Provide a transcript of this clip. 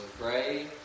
pray